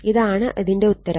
ഇതാണ് അതിന്റെ ഉത്തരം